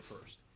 first